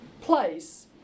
place